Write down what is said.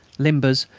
limbers,